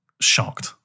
shocked